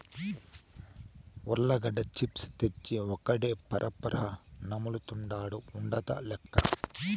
ఉర్లగడ్డ చిప్స్ తెచ్చి ఒక్కడే పరపరా నములుతండాడు ఉడతలెక్క